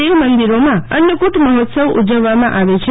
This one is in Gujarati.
આજે દેવમંદિરોમાં અન્ન્કટ મહોત્સવ ઉજવવામાં આવે છે